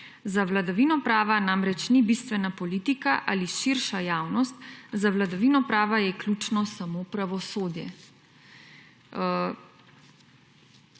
Za vladavino prava namreč ni bistvena politika ali širša javnost, za vladavino prava je ključno samo pravosodje.«